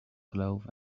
cloth